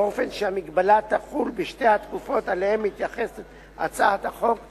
באופן שהמגבלה תחול בשתי התקופות שאליהן הצעת החוק מתייחסת,